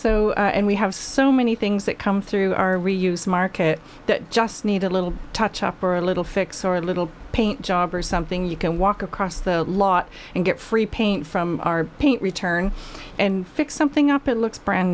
so and we have so many things that come through our reuse market that just need a little touch up or a little fix or a little paint job or something you can walk across the lot and get free paint from our paint return and fix something up it looks brand